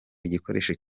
igikoresho